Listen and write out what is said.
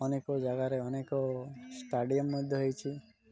ଅନେକ ଜାଗାରେ ଅନେକ ଷ୍ଟାଡ଼ିୟମ୍ ମଧ୍ୟ ହେଇଛିି